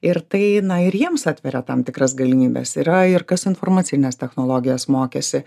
ir tai na ir jiems atveria tam tikras galimybes yra ir kas informacines technologijas mokėsi